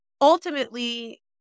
ultimately